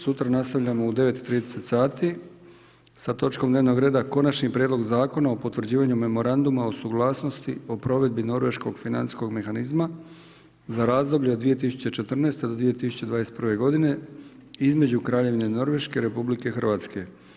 Sutra nastavljamo u 9,30 sati sa točkom dnevnog reda Konačni prijedlog zakona o potvrđivanju memoranduma o suglasnosti o provedbi Norveškog financijskog mehanizma za razdoblje od 2014. do 2021. godine između kraljevine Norveške i RH.